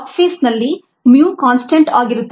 log ಫೇಸ್ನಲ್ಲಿ mu constant ಆಗಿರುತ್ತದೆ